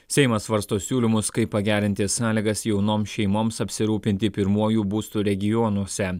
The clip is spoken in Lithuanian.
seimas svarsto siūlymus kaip pagerinti sąlygas jaunom šeimoms apsirūpinti pirmuoju būstu regionuose